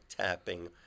tapping